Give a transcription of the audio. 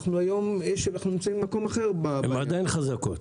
אנחנו היום נמצאים במקום אחר --- הן עדיין חזקות.